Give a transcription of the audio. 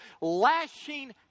lashing